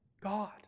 God